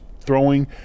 Throwing